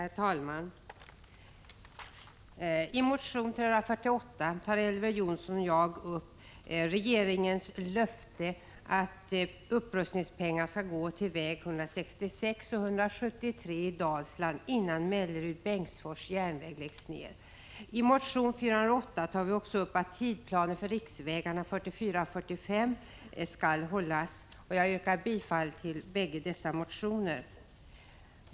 Herr talman! I motion T348 tar Elver Jonsson och jag upp regeringens löfte att upprustningspengar skall gå till väg 166 och 173 i Dalsland, innan järnvägen mellan Mellerud och Bengtsfors läggs ner. I motion T408 framhåller vi att tidplanen för upprustning av riksvägarna 44 och 45 skall hållas. Jag yrkar bifall till bägge dessa motioner.